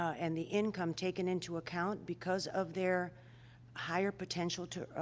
and the income taken into account because of their higher potential to ah,